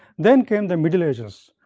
then came the middle ages,